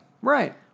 Right